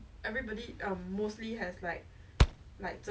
but then no lah she really just like rules are rules then she's just like go